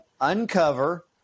Uncover